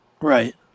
right